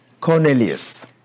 Cornelius